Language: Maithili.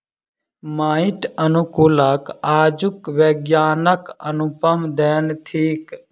माइट अनुकूलक आजुक विज्ञानक अनुपम देन थिक